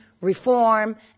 reform